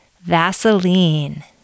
Vaseline